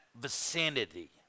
vicinity